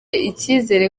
icyizere